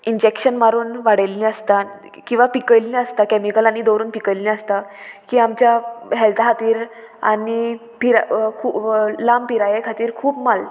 injection मारून वाडयल्लीं आसता किंवां पिकयल्लीं आसता कॅमिकलांनी दवरून पिकयल्लीं आसता की आमच्या हेल्था खातीर आनी खूब पिरा लांब पिराये खातीर खूब माल